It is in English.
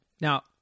Now